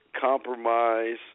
compromise